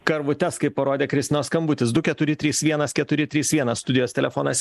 karvutes kaip parodė kristinos skambutis du keturi trys vienas keturi trys vienas studijos telefonas